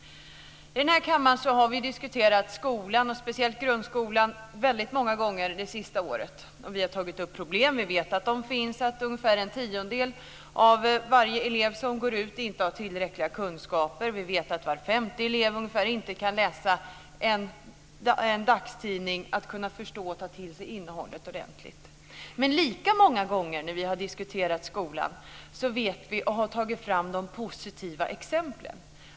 I den här kammaren har vi diskuterat skolan, och speciellt grundskolan, väldigt många gånger det senaste året. Vi har tagit upp problemen. Vi vet att de finns. Ungefär en tiondel av alla elever som går ut skolan har inte tillräckliga kunskaper. Ungefär var femte elev kan inte läsa en dagstidning, förstå och ta till sig innehållet ordentligt. Lika många gånger när vi har diskuterat skolan har vi tagit fram de positiva exemplen.